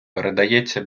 передається